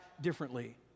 differently